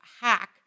hack